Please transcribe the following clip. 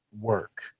work